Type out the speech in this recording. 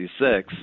1966